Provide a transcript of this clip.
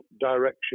direction